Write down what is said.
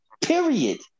Period